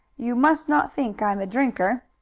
you must not think i am a drinker.